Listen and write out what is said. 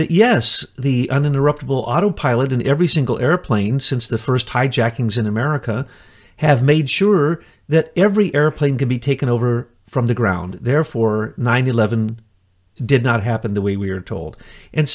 that yes the uninterrupted will auto pilot in every single airplane since the first hijackings in america have made sure that every airplane could be taken over from the ground therefore nine eleven did not happen the way we are told and